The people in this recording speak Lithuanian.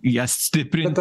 ją stiprint